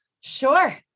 Sure